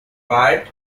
pat